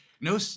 no